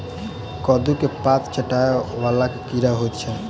कद्दू केँ पात चाटय वला केँ कीड़ा होइ छै?